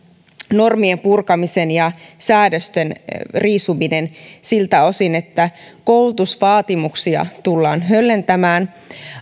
normien purkamisen ja säädösten riisumisen kautta siltä osin että koulutusvaatimuksia tullaan höllentämään